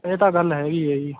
ਇਹ ਤਾਂ ਗੱਲ ਹੈਗੀ ਹੈ ਜੀ